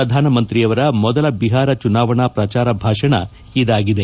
ಪ್ರಧಾನಮಂತ್ರಿಯವರ ಮೊದಲ ಬಿಹಾರ ಚುನಾವಣಾ ಪ್ರಚಾರ ಭಾಷಣ ಇದಾಗಿದೆ